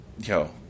Yo